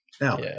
Now